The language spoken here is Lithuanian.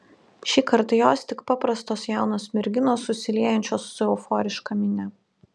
šįkart jos tik paprastos jaunos merginos susiliejančios su euforiška minia